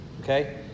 Okay